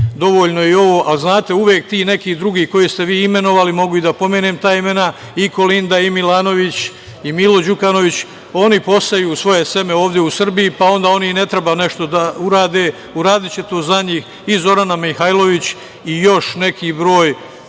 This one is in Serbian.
dovoljno je i ovo, ali znate, uvek ti neki drugi koje ste vi imenovali, mogu i da pomenem ta imena, i Kolinda i Milanović i Milo Đukanović, oni poseju svoje seme ovde u Srbiji, pa onda oni i ne treba nešto da urade. Uradiće to za njih i Zorana Mihajlović i još neki broj